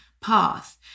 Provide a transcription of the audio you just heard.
path